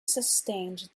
sustained